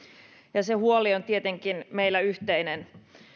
ja se huoli on tietenkin meillä yhteinen